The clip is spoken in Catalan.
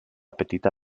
petita